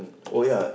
miss